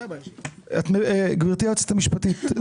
גברתי היועצת המשפטית,